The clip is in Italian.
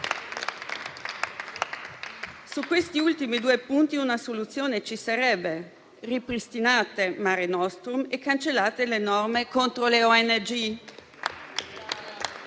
Su questi ultimi due punti una soluzione ci sarebbe: ripristinate Mare nostrum e cancellate le norme contro le ONG.